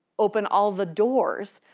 open all the doors.